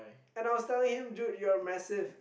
and I was telling him dude you're massive